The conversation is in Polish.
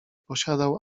posiadał